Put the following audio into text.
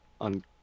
on